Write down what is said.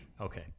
Okay